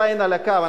עדיין על הקו,